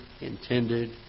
intended